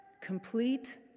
complete